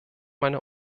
meine